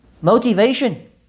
Motivation